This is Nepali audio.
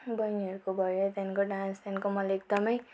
बैनीहरूको भयो त्यहाँदेखिको डान्स त्यहाँदेखिको मलाई एकदमै